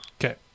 Okay